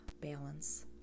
Balance